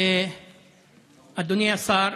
אדוני השר,